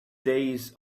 days